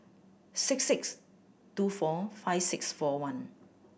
six six two four five six four one